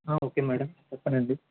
okay madam చెప్పండండి